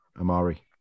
Amari